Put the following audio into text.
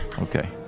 Okay